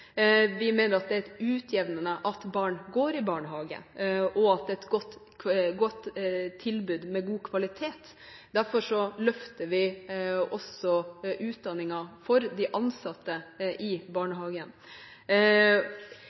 Vi mener at det er utjevnende at barn går i barnehage, og at det er et godt tilbud med god kvalitet. Derfor løfter vi også utdanningen for de ansatte i barnehagen.